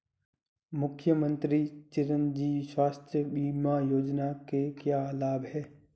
मुख्यमंत्री चिरंजी स्वास्थ्य बीमा योजना के क्या लाभ हैं?